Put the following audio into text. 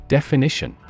Definition